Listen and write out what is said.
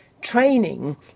training